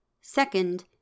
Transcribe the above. Second